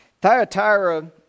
Thyatira